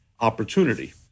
opportunity